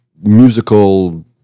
musical